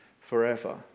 forever